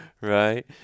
right